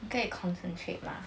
你可以 concentrate 吗